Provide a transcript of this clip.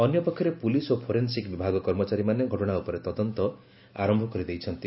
ଅନ୍ୟପକ୍ଷରେ ପୋଲିସ୍ ଓ ଫୋରେନ୍ସିକ୍ ବିଭାଗ କର୍ମଚାରୀମାନେ ଘଟଣା ଉପରେ ତଦନ୍ତ ଆରମ୍ଭ କରିଦେଇଛନ୍ତି